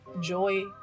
joy